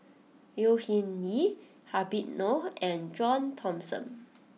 Au Hing Yee Habib Noh and John Thomson